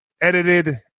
edited